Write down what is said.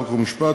חוק ומשפט.